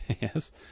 yes